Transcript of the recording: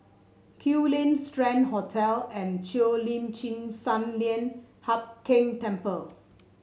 Kew Lane Strand Hotel and Cheo Lim Chin Sun Lian Hup Keng Temple